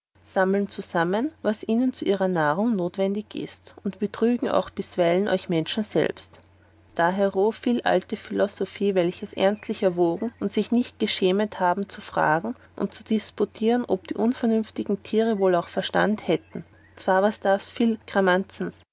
sammlen zusammen was ihnen zu ihrer nahrung notwendig ist und betrügen auch bisweilen euch menschen selbst dahero viel alte philosophi solches ernstlich erwogen und sich nicht geschämet haben zu fragen und zu disputieren ob die unvernünftigen tiere nicht auch verstand hätten zwar was darfs